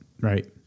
right